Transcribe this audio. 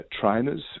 trainers